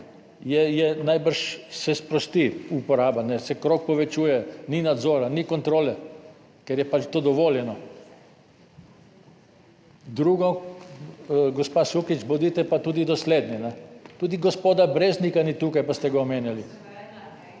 najbrž se sprosti uporaba, se krog povečuje, ni nadzora, ni kontrole, ker je pač to dovoljeno. Drugo, gospa Sukič, bodite pa tudi dosledni, tudi gospoda Breznika ni tukaj, pa ste ga omenjali.